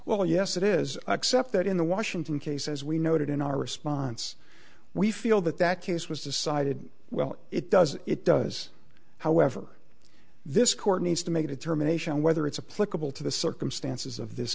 well yes it is except that in the washington case as we noted in our response we feel that that case was decided well it does it does however this court needs to make a determination whether it's a political to the circumstances of this